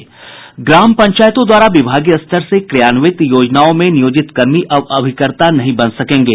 ग्राम पंचायतों द्वारा विभागीय स्तर से क्रियान्वित योजनाओं में नियोजितकर्मी अब अभिकर्ता नहीं बन सकेंगे